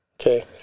Okay